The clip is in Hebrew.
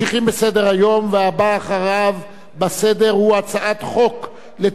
והבא אחריו בסדר הוא הצעת חוק לתיקון פקודת